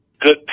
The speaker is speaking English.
good